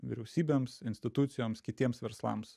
vyriausybėms institucijoms kitiems verslams